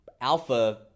alpha